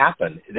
happen